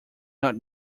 not